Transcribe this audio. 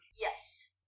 Yes